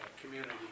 community